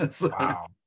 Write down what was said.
Wow